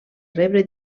rebre